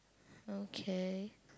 okay